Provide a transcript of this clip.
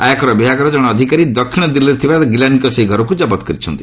ଆୟକର ବିଭାଗର ଜଣେ ଅଧିକାରୀ ଦକ୍ଷିଣ ଦିଲ୍ଲୀରେ ଥିବା ଗିଲାନୀଙ୍କ ସେହି ଘରକୁ ଜବତ କରିଛନ୍ତି